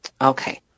Okay